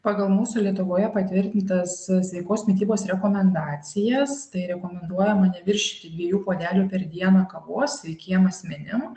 pagal mūsų lietuvoje patvirtintas sveikos mitybos rekomendacijas tai rekomenduojama neviršyti dviejų puodelių per dieną kavos sveikiem asmenim